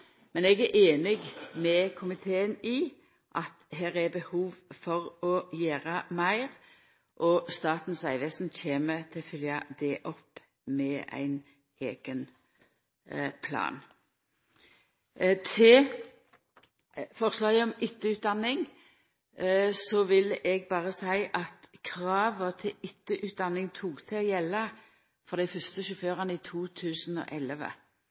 Men eg er einig med komiteen i at det her er behov for å gjera meir, og Statens vegvesen kjem til å følgja opp dette med ein eigen plan. Til forslaget om etterutdanning vil eg berre seia at krava til etterutdanning tok til å gjelda for dei fyrste sjåførane i 2011.